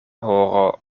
horo